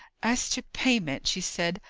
as to payment, she said,